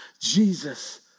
Jesus